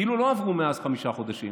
כאילו לא עברו מאז חמישה חודשים